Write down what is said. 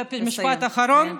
משפט אחרון.